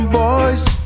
boys